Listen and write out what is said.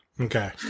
Okay